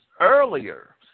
earlier